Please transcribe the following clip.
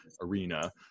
arena